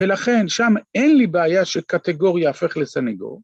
‫ולכן שם אין לי בעיה ‫שקטגור ייהפך לסנגור.